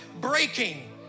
breaking